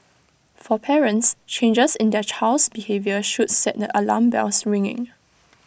for parents changes in their child's behaviour should set the alarm bells ringing